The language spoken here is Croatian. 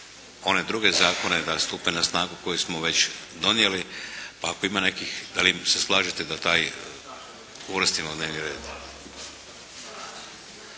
one druge zakone da stupe na snagu koje smo već donijeli. Pa ako ima nekih, da li se slažete da taj uvrstimo u dnevni red?